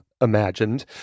imagined